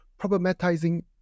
Problematizing